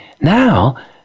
now